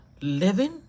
living